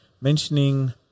mentioning